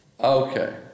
Okay